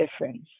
difference